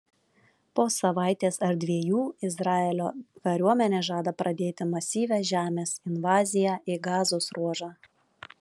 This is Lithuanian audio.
po savaitės ar dviejų izraelio kariuomenė žada pradėti masyvią žemės invaziją į gazos ruožą